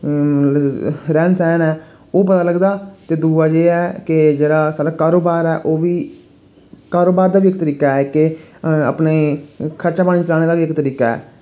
रौह्न सौह्न ऐ ओह् पता लगदा ते दूआ जे ऐ के जेह्ड़ा साढ़ा कारोबार ऐ ओह् बी कारोबार दा बी इक तरीका ऐ के अपने खर्चा पानी चलाने दा बी इक तरीका ऐ